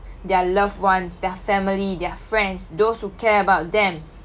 their loved ones their family their friends those who care about them